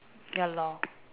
ya lor